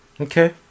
Okay